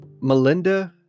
Melinda